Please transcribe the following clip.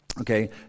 okay